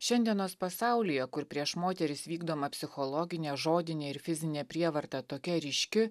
šiandienos pasaulyje kur prieš moteris vykdoma psichologinė žodinė ir fizinė prievarta tokia ryški